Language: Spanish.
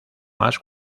más